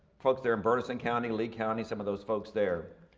folks there in burton county, lee county, some of those folks there.